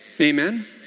Amen